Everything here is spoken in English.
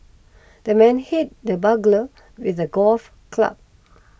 the man hit the burglar with a golf club